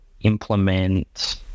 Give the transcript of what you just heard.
implement